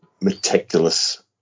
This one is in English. meticulous